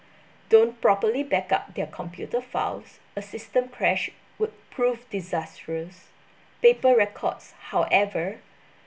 don't properly back up their computer files a system crash would prove disastrous paper records however